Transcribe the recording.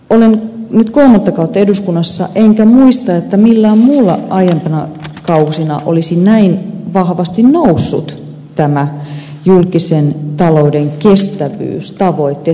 olen nyt kolmatta kautta eduskunnassa enkä muista että minään muina aiempina kausina olisivat näin vahvasti nousseet nämä julkisen talouden kestävyystavoitteet keskusteluun